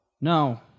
no